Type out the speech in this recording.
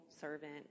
servant